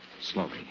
slowly